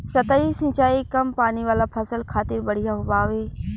सतही सिंचाई कम पानी वाला फसल खातिर बढ़िया बावे